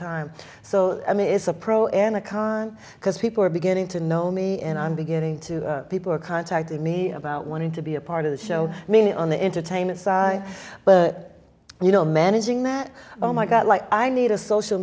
time so i mean it's a pro and a con because people are beginning to know me and i'm beginning to people are contacting me about wanting to be a part of the i mean on the entertainment side you know managing that oh my god like i need a social